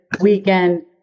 weekend